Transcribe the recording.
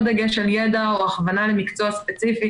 דגש על ידע או הכוונה למקצוע ספציפי.